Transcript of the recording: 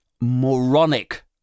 moronic